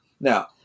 Now